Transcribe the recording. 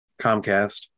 Comcast